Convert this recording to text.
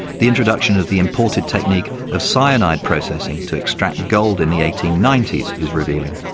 the introduction of the imported technique of cyanide processing to extract gold in the eighteen ninety s is revealing.